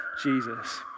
Jesus